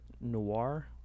noir